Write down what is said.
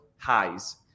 highs